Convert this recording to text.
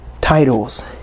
titles